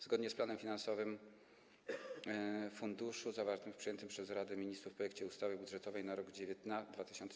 Zgodnie z planem finansowym funduszu zawartym w przyjętym przez Radę Ministrów projekcie ustawy budżetowej na rok 2019